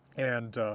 and,